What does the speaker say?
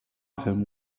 him